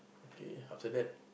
okay after that